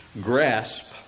grasp